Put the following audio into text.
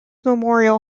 memorial